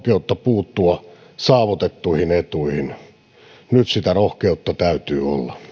puuttua saavutettuihin etuihin nyt sitä rohkeutta täytyy olla